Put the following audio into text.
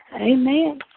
Amen